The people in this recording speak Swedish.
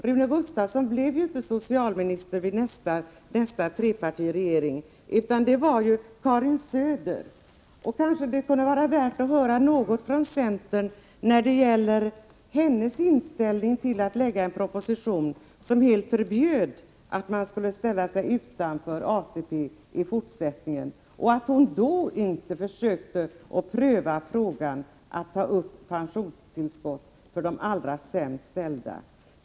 Rune Gustavsson blev inte socialminister i den nästkommande trepartiregeringen, utan det blev Karin Söder, och det kunde kanske vara värdefullt att få höra någonting från centerhåll om hennes inställning till varför hon inte i samband med en proposition som i fortsättningen helt förbjöd folk att ställa sig utanför ATP försökte pröva frågan att införa pensionstillskott för de allra sämst ställda.